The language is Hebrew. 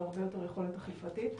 והרבה יותר יכולת אכיפתית.